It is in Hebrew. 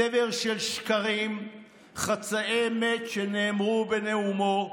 צבר של שקרים וחצאי אמת שנאמרו בנאומו.